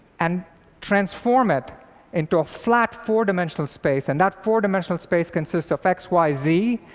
and transform it into a flat, four-dimensional space. and that four-dimensional space consists of x, y, z,